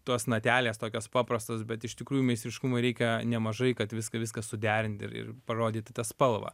tos natelės tokios paprastos bet iš tikrųjų meistriškumo reikia nemažai kad viską viską suderint ir ir parodyt tą spalvą